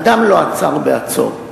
אדם לא עצר ב"עצור".